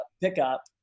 pickup